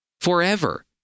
forever